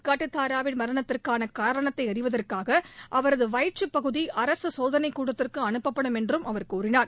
கட்டுதாரவின் மரணத்திற்கான காரணத்தை அறிவதற்காக அவரது வயிற்று பகுதி அரசு சோதனை கூடத்திற்கு அனுப்பப்படும் என்றும் அவர் கூறினார்